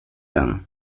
den